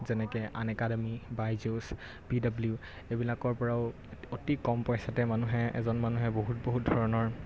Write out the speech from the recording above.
যেনেকৈ আনএকাডেমী বাইজুচ পিডাব্লিউ এইবিলাকৰ পৰাও অতি কম পইচাতে মানুহে এজন মানুহে বহুত বহুত ধৰণৰ